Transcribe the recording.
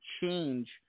change